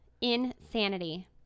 Insanity